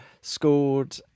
scored